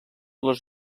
les